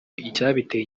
icyabiteye